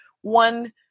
one